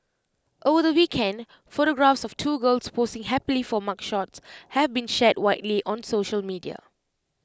over the weekend photographs of two girls posing happily for mugshots have been shared widely on social media